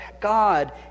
God